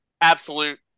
Absolute